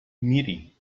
miri